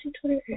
Twitter